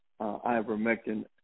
ivermectin